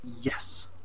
Yes